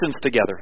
together